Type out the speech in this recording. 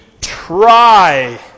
try